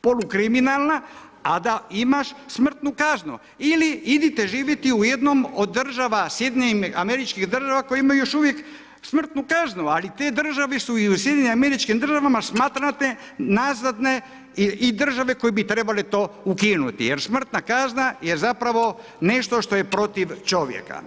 polukriminalna, a da imaš smrtnu kaznu ili ćete živjeti u jednoj od država SAD-a koje imaju još uvijek smrtnu kaznu ali te države su i u SAD-u smatrane nazadne i države koje bi trebale to ukinuti jer smrtna kazna je zapravo nešto što je protiv čovjeka.